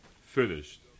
finished